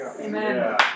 Amen